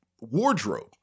wardrobe